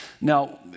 Now